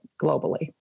globally